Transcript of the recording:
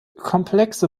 komplexe